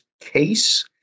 case